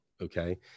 okay